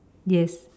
yes